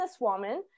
businesswoman